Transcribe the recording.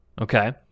Okay